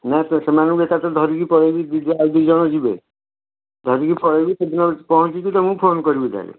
ନା ସେମାନଙ୍କୁ ଏକାଥରେ ଧରିକି ପଳେଇବି ଦୁଇଜଣ ଆଉ ଦୁଇଜଣ ଯିବେ ଧରିକି ପଳେଇବି ସେଦିନ ପହଞ୍ଚିକି ତମକୁ ଫୋନ୍ କରିବି ତାହେଲେ